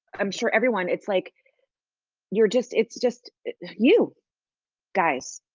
i'm sure everyone, it's like you're just, it's just you guys.